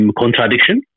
contradiction